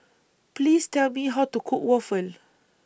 Please Tell Me How to Cook Waffle